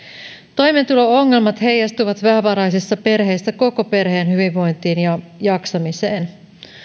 toimeentulo ongelmat heijastuvat vähävaraisissa perheissä koko perheen hyvinvointiin ja jaksamiseen